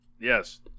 Yes